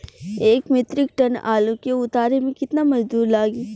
एक metric ton आलू के उतारे मे कितना मजदूर लागि?